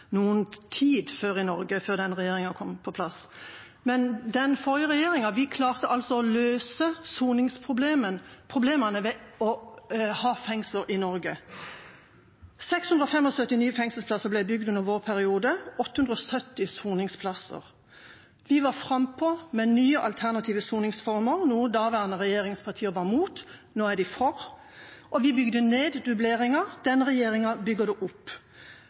i Norge før denne regjeringa kom på plass. Den forrige regjeringa klarte altså å løse soningsproblemene ved å ha fengsler i Norge. 675 nye fengselsplasser og 870 soningsplasser ble bygd under vår periode. Vi var frampå med nye alternative soningsformer, noe nåværende regjeringspartier var mot – nå er de for. Og vi bygde ned dubleringer. Denne regjeringa bygger det opp.